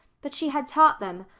but she had taught them,